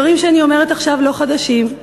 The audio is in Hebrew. הדברים שאני אומרת עכשיו לא חדשים,